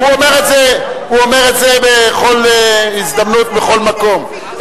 הוא אומר את זה בכל הזדמנות בכל מקום.